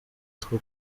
two